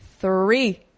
three